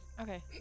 Okay